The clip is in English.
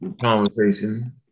conversation